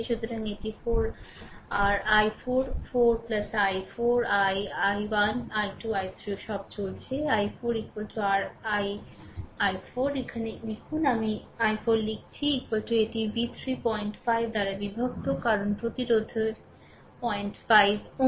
সুতরাং এটি 4 ri 4 4 i 4 i 1 i 2 i 3 সব চলছে i 4 ri i4 এখানে লিখুন আমি i 4 লিখছি এটি v3 05 বাই বিভক্ত কারণ প্রতিরোধের 05 Ω